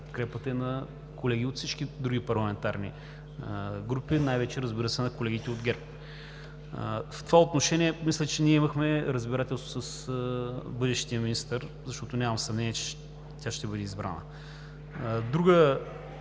на колеги от всички други парламентарни групи, най-вече, разбира се, на колегите от ГЕРБ. В това отношение, мисля, че ние имахме разбирателство с бъдещия министър, защото няма съмнение, че тя ще бъде избрана. (Шум